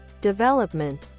development